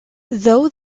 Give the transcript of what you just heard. though